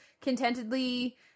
contentedly